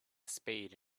spade